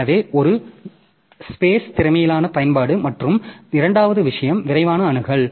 எனவே ஒன்று விண்வெளியின் திறமையான பயன்பாடு மற்றும் இரண்டாவது விஷயம் விரைவான அணுகல்